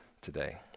today